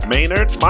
Maynard